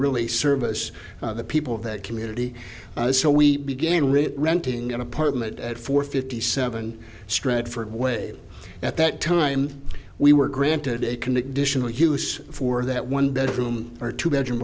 really service the people of that community so we began really renting an apartment at four fifty seven stratford way at that time we were granted a conditional use for that one bedroom or two bedroom